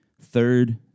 third